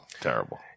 terrible